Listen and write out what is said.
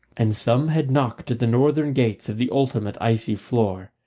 and some had knocked at the northern gates of the ultimate icy floor,